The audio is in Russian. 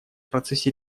процессе